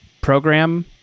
program